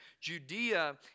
Judea